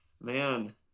Man